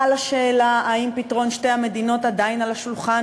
על השאלה אם פתרון שתי המדינות עדיין על השולחן